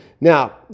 Now